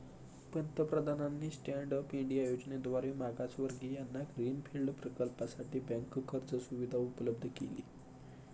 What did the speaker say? पंतप्रधानांनी stand up India योजनेद्वारे मागासवर्गीयांना ग्रीन फील्ड प्रकल्पासाठी बँक कर्ज सुविधा उपलब्ध केली